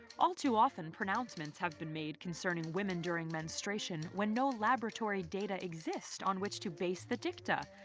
all too often pronouncements have been made concerning women during menstruation when no laboratory data exist on which to base the dicta.